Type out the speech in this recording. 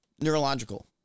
neurological